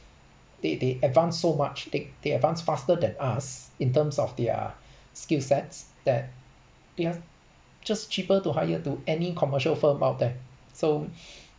they they advance so much the~ they advance faster than us in terms of their skill sets that they're just cheaper to hire to any commercial firm out there so